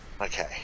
Okay